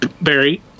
Barry